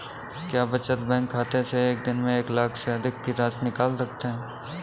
क्या बचत बैंक खाते से एक दिन में एक लाख से अधिक की राशि निकाल सकते हैं?